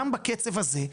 גם בקצב הזה,